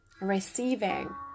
Receiving